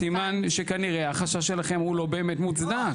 סימן שכנראה החשש שלכם הוא לא באמת מוצדק.